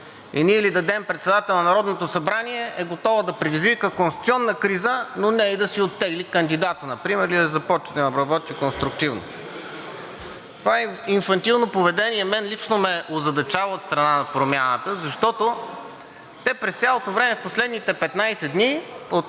И ние, дадем ли председател на Народното събрание, е готова да предизвика конституционна криза, но не и да си оттегли кандидата например или да започне да работи конструктивно. Това инфантилно поведение мен лично ме озадачава от страна на „Промяната“, защото те през цялото време в последните 15 дни,